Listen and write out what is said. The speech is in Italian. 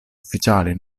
ufficiali